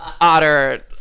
Otter